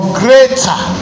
greater